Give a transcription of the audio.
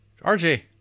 RJ